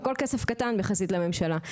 הכל כסף קטן יחסית לממשלה.